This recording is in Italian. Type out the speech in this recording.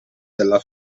della